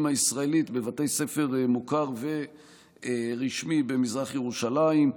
הישראלית בבתי ספר מוכרים ורשמיים במזרח ירושלים.